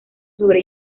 sobre